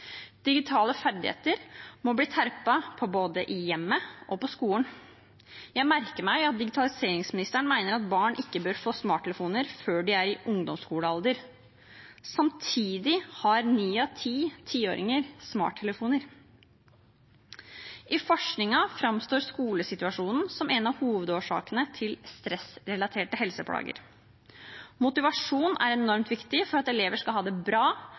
Digitale ferdigheter må bli terpet på både i hjemmet og på skolen. Jeg merker meg at digitaliseringsministeren mener at barn ikke bør få smarttelefoner før de er i ungdomsskolealder, samtidig har ni av ti tiåringer smarttelefoner. I forskningen framstår skolesituasjonen som en av hovedårsakene til stressrelaterte helseplager. Motivasjon er enormt viktig for at elever skal ha det bra